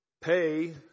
pay